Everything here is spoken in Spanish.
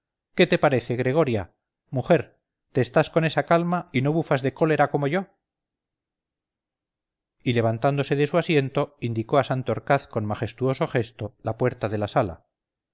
qué te parece gregoria mujer te estás con esa calma y no bufas de cólera como yo y levantándose de su asiento indicó a santorcaz con majestuoso gesto la puerta de la sala